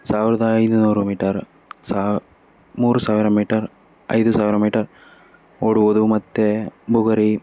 ಸಾವಿರದ ಐನೂರು ಮೀಟರ್ ಸಾ ಮೂರು ಸಾವಿರ ಮೀಟರ್ ಐದು ಸಾವಿರ ಮೀಟರ್ ಓಡುವುದು ಮತ್ತು ಬುಗುರಿ